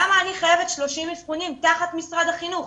למה אני חייבת 30 אבחונים תחת משרד החינוך,